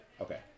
Okay